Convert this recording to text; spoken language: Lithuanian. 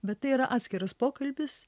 bet tai yra atskiras pokalbis